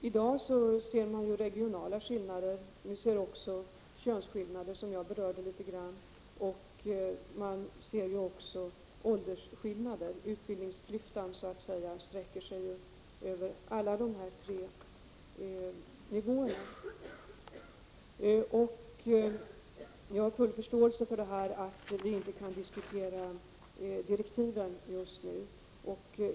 I dag ser vi regionala skillnader, könsskillnader — som jag berörde i mitt anförande — och åldersskillnader. Utbildningsklyftan sträcker sig över alla dessa tre nivåer. Jag har full förståelse för att vi inte kan diskutera direktiven just nu.